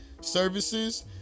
services